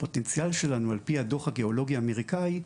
הפוטנציאל שלנו על פי הדוח הגיאולוגי האמריקאי,